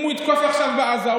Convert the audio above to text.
אם הוא יתקוף עכשיו בעזה,